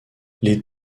les